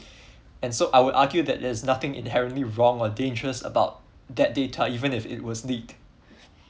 and so I would argue that there's nothing inherently wrong or dangerous about that data even it was leaked